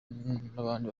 n’abandi